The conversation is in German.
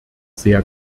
sehr